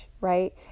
right